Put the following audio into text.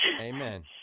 Amen